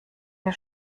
wir